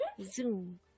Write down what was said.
Zoom